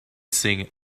sing